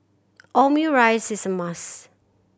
omurice is a must